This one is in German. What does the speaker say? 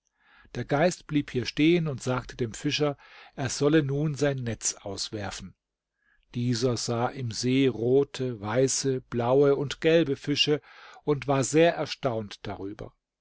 der geist blieb hier stehen und sagte dem fischer er solle nun sein netz auswerfen dieser sah im see rote weiße blaue und gelbe fische und war sehr erstaunt darüber